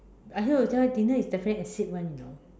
I heard we tell her dinner is definitely exceed [one] you know